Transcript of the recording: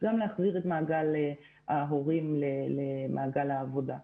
גם להחזיר את ההורים למעגל העבודה.